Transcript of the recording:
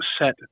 set